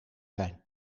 zijn